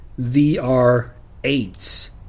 VR8s